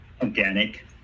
organic